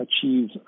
achieve